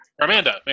Amanda